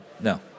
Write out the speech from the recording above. No